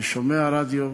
אני שומע רדיו